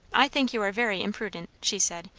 i think you are very imprudent, she said,